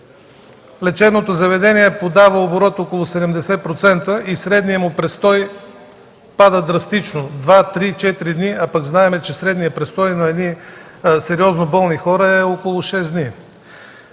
Лечебното заведение подава оборот около 70% и средният му престой спада драстично – 2-3-4 дни, а знаем, че средният престой на сериозно болни хора е около 6 дни.